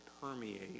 permeate